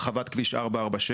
הרחבת כביש 446,